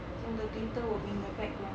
so the glitter will be in the background